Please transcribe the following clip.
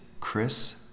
Chris